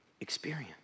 experience